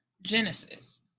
Genesis